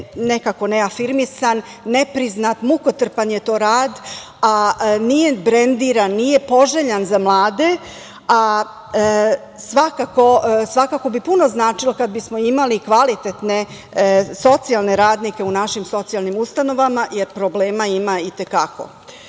nekako neafirmisan, mukotrpan je to rad, a nije brendiran, nije poželjan za mlade, svakako bi puno značilo, kada bismo imali kvalitetne socijalne radnike u našim socijalnim ustanovama, jer problema ima i te